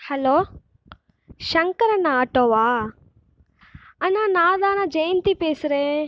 hello Shankar அண்ணா auto வா அண்ணா நான் தாண்ணா ஜெயந்தி பேசுகிறேன்